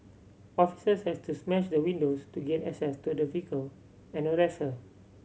officers had to smash the windows to gain access to the vehicle and arrest her